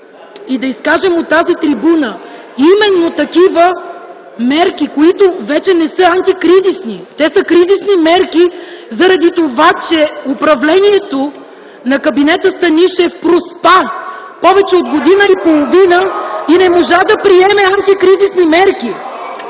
и да изкажем от тази трибуна именно такива мерки, които вече не са антикризисни. Те са кризисни мерки заради това, че управлението на кабинета Станишев проспа повече от година и половина и не можа да приеме антикризисни мерки.